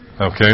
Okay